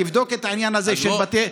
תבדוק את העניין הזה של בתי,